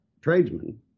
tradesmen